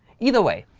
either way,